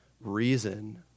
reason